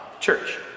church